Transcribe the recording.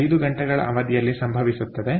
5 ಗಂಟೆಗಳ ಅವಧಿಯಲ್ಲಿ ಸಂಭವಿಸುತ್ತದೆ